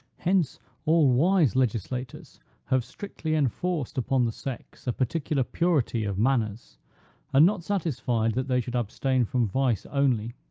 hence all wise legislators have strictly enforced upon the sex a particular purity of manners and not satisfied that they should abstain from vice only,